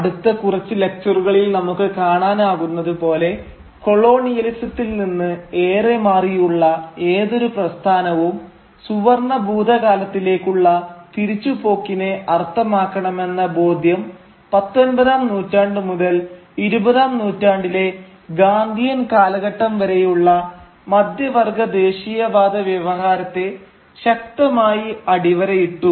അടുത്ത കുറച്ച് ലക്ച്ചറുകളിൽ നമുക്ക് കാണാനാകുന്നതുപോലെ കൊളോണിയലിസത്തിൽ നിന്ന് ഏറെ മാറിയുള്ള ഏതൊരു പ്രസ്ഥാനവും സുവർണ്ണ ഭൂതകാലത്തിലേക്കുള്ള തിരിച്ചുപോക്കിനെ അർത്ഥമാക്കണമെന്ന ബോധ്യം പത്തൊമ്പതാം നൂറ്റാണ്ട് മുതൽ ഇരുപതാം നൂറ്റാണ്ടിലെ ഗാന്ധിയൻ കാലഘട്ടം വരെയുള്ള മധ്യവർഗ്ഗ ദേശീയവാദ വ്യവഹാരത്തെ ശക്തമായി അടിവരയിട്ടു